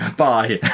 bye